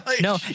No